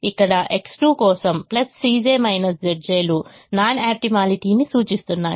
ఇక్కడ X2 కోసం Cj Zj లు నాన్ ఆప్టిమాలిటీని సూచిస్తున్నాయి